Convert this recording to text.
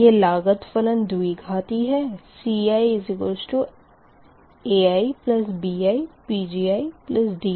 यह लागत फलन द्विघाती है CiaibiPgidiPgi2